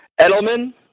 Edelman